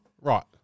Right